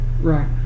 Right